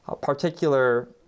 particular